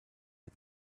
had